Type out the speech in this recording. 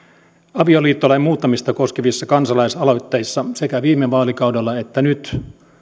avioliittolain muuttamista koskevissa kansalaisaloitteissa sekä viime vaalikaudella että nyt